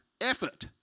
effort